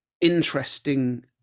interesting